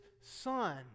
Son